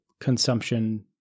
consumption